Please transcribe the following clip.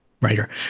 writer